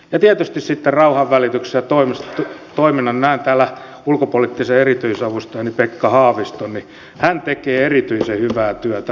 ja tietysti sitten rauhanvälitystoiminta näen täällä ulkopoliittisen erityisavustajani pekka haaviston ja hän tekee erityisen hyvää työtä näissä asioissa